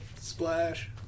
Splash